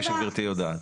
כפי שגברתי יודעת.